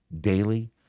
daily